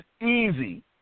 easy